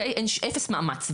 אפס מאמץ,